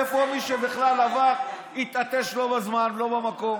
איפה מי שבכלל עבר, התעטש לא בזמן ולא במקום?